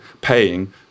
paying